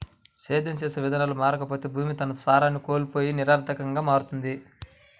సేద్యం చేసే విధానాలు మారకపోతే భూమి తన సారాన్ని కోల్పోయి నిరర్థకంగా మారుతుంది